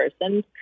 person